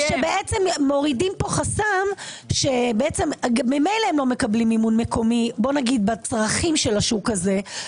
שמורידים פה חסם שממילא הם לא מקבלים מימון מקומי בצורכי השוק הזה,